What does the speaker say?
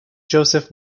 joseph